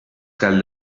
cal